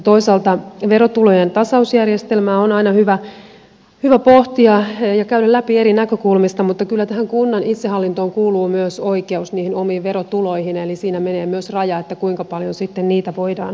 toisaalta verotulojen tasausjärjestelmää on aina hyvä pohtia ja käydä läpi eri näkökulmista mutta kyllä tähän kunnan itsehallintoon kuuluu myös oikeus niihin omiin verotuloihin eli siinä menee myös raja kuinka paljon niitä sitten voidaan tasata